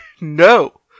no